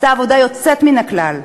ועשתה עבודה יוצאת מן הכלל.